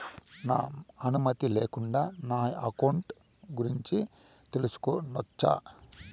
నా అనుమతి లేకుండా నా అకౌంట్ గురించి తెలుసుకొనొచ్చా?